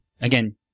Again